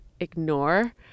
ignore